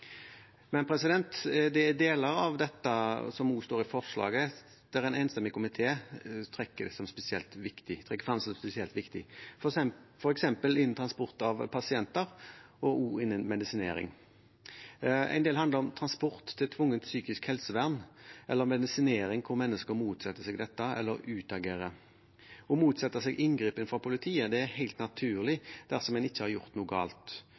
Det er deler av dette, som også står i forslaget, en enstemmig komité anser som spesielt viktig, f.eks. innen transport av pasienter og innen medisinering. En del handler om transport til tvungent psykisk helsevern eller medisinering der mennesker motsetter seg dette eller utagerer. Å motsette seg inngripen fra politiet er helt naturlig dersom en ikke har gjort noe galt.